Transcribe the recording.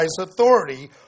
authority